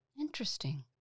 Interesting